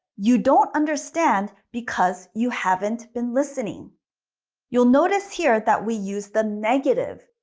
you don't understand because you haven't been listening you'll notice here that we use the negative.